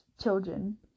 children